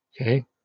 okay